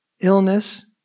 Illness